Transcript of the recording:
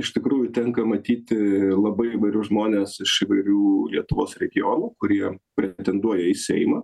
iš tikrųjų tenka matyti labai įvairius žmones iš įvairių lietuvos regionų kurie pretenduoja į seimą